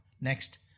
Next